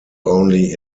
only